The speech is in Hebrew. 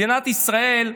מדינת ישראל,